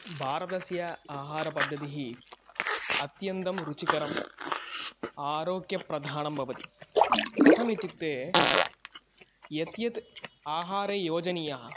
भारतस्य आहारपद्धतिः अत्यन्तं रुचिकरम् आरोग्यप्रधानं भवति कथम् इत्युक्ते यत् यत् आहारयोजनीयः